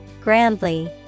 Grandly